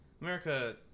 America